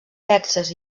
texas